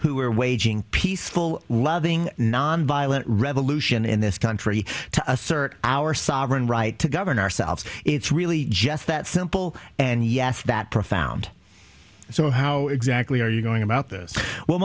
who are waging peaceful loving nonviolent revolution in this country to assert our sovereign right to govern ourselves it's really just that simple and yes that profound so how exactly are you